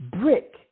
brick